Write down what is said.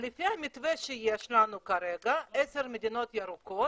לפי המתווה שיש לנו כרגע, 10 מדינות ירוקות,